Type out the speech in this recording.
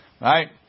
right